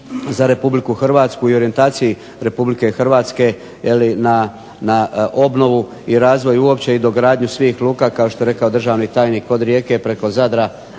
za RH i orijentaciji RH na obnovu i razvoj uopće i dogradnju svih luka kao što je rekao državni tajnik od Rijeke preko Zadra